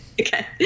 Okay